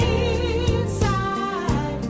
inside